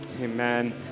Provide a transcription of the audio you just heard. Amen